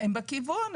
הן בכיוון,